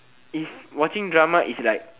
if watching drama is like